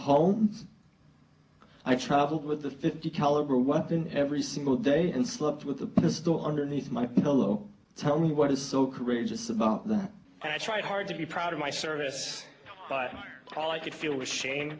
home i traveled with a fifty caliber weapon every single day and slept with this door underneath my pillow tell me what is so courageous about that i tried hard to be proud of my service but all i could feel was sha